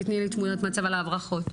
תתני לי תמונת מצב על ההברחות.